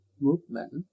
movement